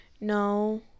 No